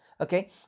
Okay